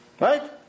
Right